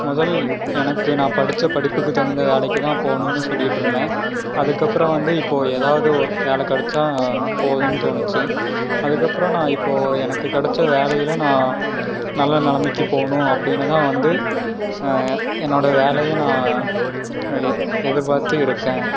முதல் எனக்கு நான் படித்த படிப்புக்கு தகுந்த வேலைக்கு தான் போகணுன்னு சொல்லிட்டுருந்தேன் அதற்கப்பறம் வந்து இப்போ எதாவது ஒ வேலை கிடச்சா போதுன்னு தோணுச்சு அதற்கப்றோம் நான் இப்போ எனக்கு கிடச்ச வேலையில் நான் நல்ல நிலமைக்கி போகணும் அப்டினு தான் வந்து என்னோட வேலையை நான் எ எதிர்பார்த்து இருக்கேன்